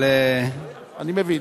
אני מבין.